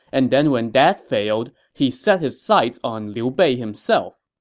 and then when that failed, he set his sights on liu bei himself.